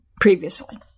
previously